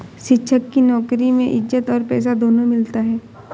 शिक्षक की नौकरी में इज्जत और पैसा दोनों मिलता है